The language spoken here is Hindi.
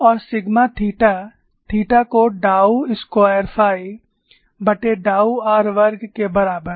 और सिग्मा थीटा थीटा को डाऊ स्क्वॉयर फाईडाऊ r वर्ग के बराबर